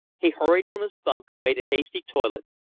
he hurried from his bunk, made a hasty toilet,